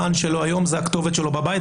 המען שלו היום זה הכתובת שלו בבית,